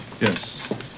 Yes